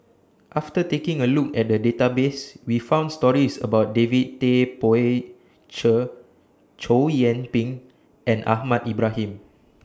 after taking A Look At The Database We found stories about David Tay Poey Cher Chow Yian Ping and Ahmad Ibrahim